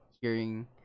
hearing